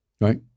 Right